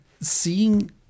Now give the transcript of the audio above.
seeing